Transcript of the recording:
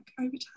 overtime